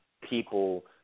people